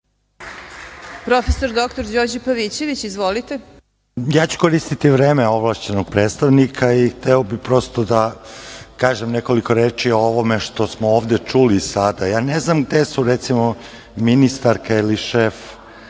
Profesor dr Đorđe Pavićević. **Đorđe Pavićević** Ja ću koristiti vreme ovlašćenog predstavnika i hteo bih prosto da kažem nekoliko reči o ovome što smo ovde čuli sada. Ne znam gde su recimo, ministarka ili šef